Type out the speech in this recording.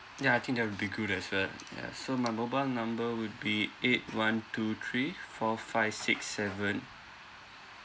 ya I think that will be good as well ya so my mobile number would be eight one two three four five six seven